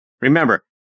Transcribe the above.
Remember